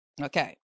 Okay